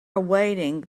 awaiting